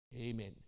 Amen